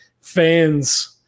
fans